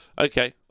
Okay